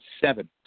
seven